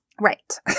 Right